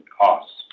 costs